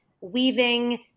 weaving